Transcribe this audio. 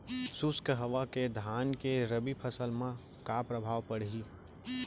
शुष्क हवा के धान के रबि फसल मा का प्रभाव पड़ही?